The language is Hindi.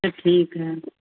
ठीक है